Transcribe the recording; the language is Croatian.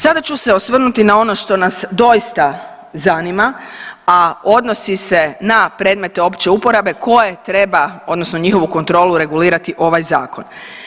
Sada ću se osvrnuti na ono što nas doista zanima, a odnosi se na predmete opće uporabe koje treba odnosno njihovu kontrolu regulirati ovaj zakon.